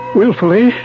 willfully